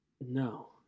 No